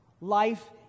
life